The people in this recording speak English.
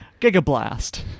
Gigablast